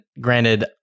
granted